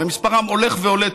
ומספרם הולך ועולה,